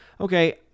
Okay